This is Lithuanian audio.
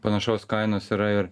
panašaus kainos yra ir